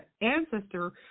ancestor